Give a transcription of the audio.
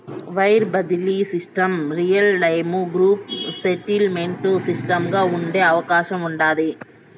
wire బడిలీ సిస్టమ్ల real time group settlement సిస్టముగా ఉండే అవకాశం ఉండాది